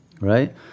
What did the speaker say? Right